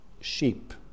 sheep